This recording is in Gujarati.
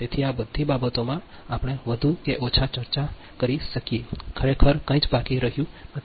તેથી આ બધી બાબતોમાં આપણે વધુ કે ઓછા ચર્ચા કરી છે ખરેખર કંઈ જ બાકી રહ્યું નથી